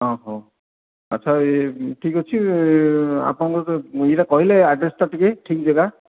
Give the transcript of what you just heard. ହଁ ହଉ ଆଚ୍ଛା ଠିକ୍ ଅଛି ଆପଣଙ୍କ ଇଏଟା କହିଲେ ଆଡ଼୍ରେସ୍ଟା ଟିକିଏ ଠିକ୍ ଜାଗା